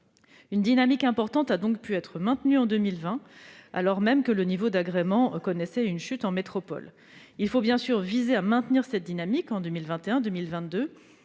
Une dynamique importante a donc pu être maintenue en 2020, alors même que le niveau d'agrément connaissait une chute en métropole. Il faut bien sûr veiller à maintenir cette dynamique en 2021